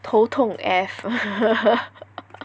头痛 A_F